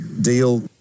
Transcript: deal